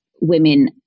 women